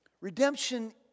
Redemption